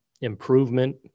improvement